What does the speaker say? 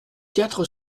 quatre